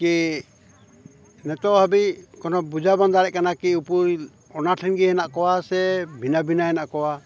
ᱠᱤ ᱱᱤᱛᱳᱜ ᱦᱟᱹᱵᱤᱡ ᱠᱳᱱᱳ ᱵᱩᱡᱷᱟᱹᱣ ᱵᱟᱹᱧ ᱫᱟᱲᱮᱜ ᱠᱟᱱᱟ ᱠᱤ ᱤᱯᱤᱞ ᱚᱱᱟ ᱴᱷᱮᱱ ᱜᱮ ᱦᱮᱱᱟᱜ ᱠᱚᱣᱟ ᱥᱮ ᱵᱷᱤᱱᱟᱹᱼᱵᱷᱤᱱᱟᱹ ᱦᱮᱱᱟᱜ ᱠᱚᱣᱟ